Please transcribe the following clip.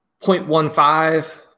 0.15